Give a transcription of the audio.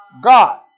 God